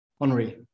Henri